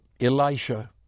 Elisha